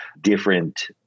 different